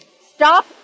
Stop